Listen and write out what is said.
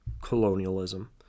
colonialism